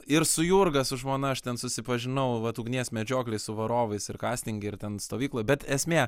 ir su jurga su žmona aš ten susipažinau vat ugnies medžioklėj su varovais ir kastinge ir ten stovykloj bet esmė